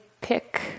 pick